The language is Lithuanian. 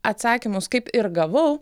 atsakymus kaip ir gavau